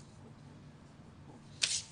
נותק